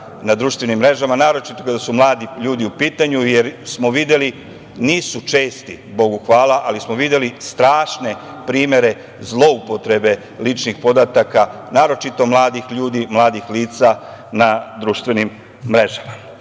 na društvenim mrežama, naročito kada su mladi ljudi u pitanju, jer smo videli, nisu česti, Bogu hvala, strašne primere zloupotrebe ličnih podataka mladih ljudi, mladih lica na društvenim mrežama. Naravno,